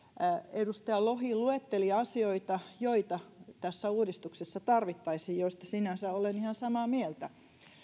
edustaja lohi luetteli asioita joita tässä uudistuksessa tarvittaisiin ja joista sinänsä olen ihan samaa mieltä